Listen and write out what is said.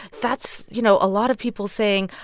that's, you know, a lot of people saying,